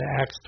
Acts